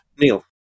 Neil